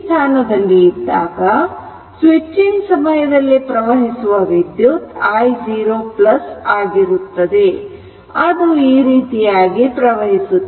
switch ಈ ಸ್ಥಾನದಲ್ಲಿ ಇದ್ದಾಗ ಸ್ವಿಚಿಂಗ್ ಸಮಯದಲ್ಲಿ ಪ್ರವಹಿಸುವ ವಿದ್ಯುತ್ i0 ಆಗಿರುತ್ತದೆ ಅದು ಈ ರೀತಿಯಾಗಿ ಪ್ರವಹಿಸುತ್ತದೆ